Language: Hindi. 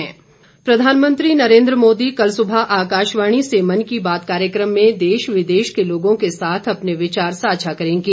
मन की बात प्रधानमंत्री नरेन्द्र मोदी कल सुबह आकाशवाणी के मन की बात कार्यक्रम में देश विदेश के लोगों के साथ अपने विचार साझा करेंगे